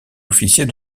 officier